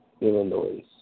Illinois